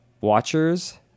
watchers